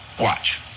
Watch